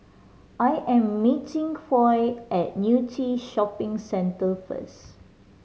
I am meeting Foy at Yew Tee Shopping Centre first